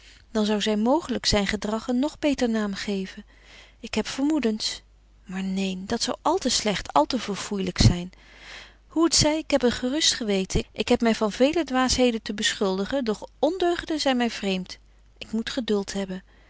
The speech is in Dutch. dan zou zy mooglyk zyn gedrag een nog beter naam geven ik heb vermoedens maar neen dat zou al te slegt al te verfoeilyk zyn hoe t zy ik heb een gerust geweten ik heb my van vele dwaasheden te beschuldigen doch ondeugden zyn my vreemt ik moet geduld hebben